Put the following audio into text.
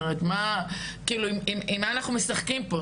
כאילו עם מה אנחנו משחקים פה?